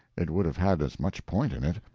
it would have had as much point in it.